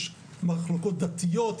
יש מחלוקות דתיות,